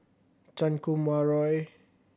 Chan Kum Wah Roy